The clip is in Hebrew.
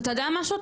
אתה יודע משהו?